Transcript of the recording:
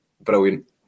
brilliant